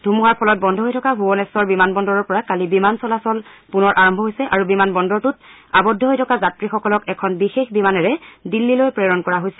ধুমুহাৰ ফলত বন্ধ হৈ থকা ভূৱনেশ্বৰ বিমান বন্দৰৰ পৰা কালি বিমানৰ চলাচল পুনৰ আৰম্ভ হৈছে আৰু বিমান বন্দৰটোত আৱদ্ধ হৈ থকা যাত্ৰীসকলক এখন বিশেষ বিমানেৰে দিল্লীলৈ প্ৰেৰণ কৰা হৈছে